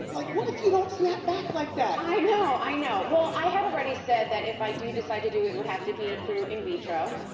like, what if you don't snap back like that? i know, i know. well i had already said that if i do decide to do it, it would have to be through in vitro,